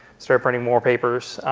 started printing more papers.